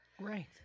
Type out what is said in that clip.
right